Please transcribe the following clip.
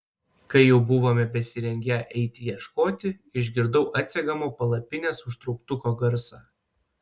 kai jau buvome besirengią eiti ieškoti išgirdau atsegamo palapinės užtrauktuko garsą